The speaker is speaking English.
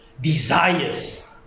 desires